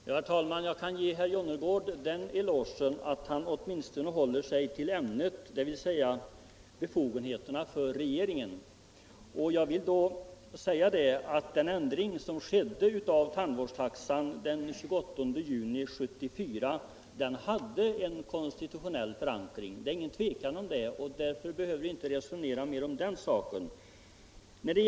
Herr talman! Jag kan ge herr Jonnergård den elogen att han åtminstone håller sig till ämnet, dvs. befogenheterna för regeringen. Jag vill då säga att den ändring som skedde av tandvårdstaxan den 28 juni 1974 hade en konstitutionell förankring. Det är ingen tvekan om det. Därför behöver vi inte resonera mera om den saken.